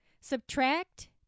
Subtract